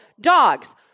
dogs